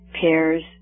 pears